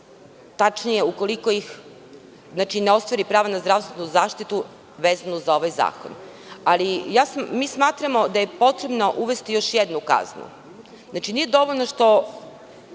tačnije ukoliko ne ostvari prava na zdravstvenu zaštitu vezanu za ovaj zakon. Mi smatramo da je potrebno uvesti još jednu kaznu. Nije dovoljno što